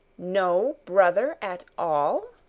no brother at all?